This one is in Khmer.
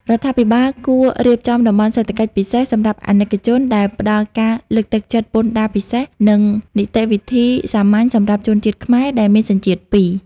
រដ្ឋាភិបាលគួររៀបចំ "តំបន់សេដ្ឋកិច្ចពិសេសសម្រាប់អាណិកជន" ដែលផ្ដល់ការលើកទឹកចិត្តពន្ធដារពិសេស និងនីតិវិធីសាមញ្ញសម្រាប់ជនជាតិខ្មែរដែលមានសញ្ជាតិពីរ។